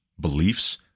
beliefs